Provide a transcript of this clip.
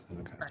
Okay